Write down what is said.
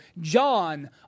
John